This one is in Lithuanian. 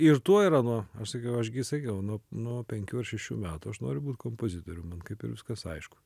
ir tuo ir anuo aš sakiau aš gi sakiau nuo nuo penkių ar šešių metų aš noriu būt kompozitorium man kaip ir viskas aišku